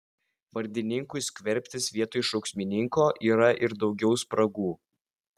vardininkui skverbtis vietoj šauksmininko yra ir daugiau spragų